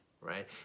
right